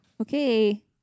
Okay